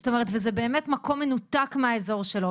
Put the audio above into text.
זאת אומרת וזה באמת מקום מנותק מהאזור שלו,